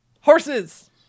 Horses